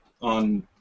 on